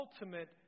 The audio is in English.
ultimate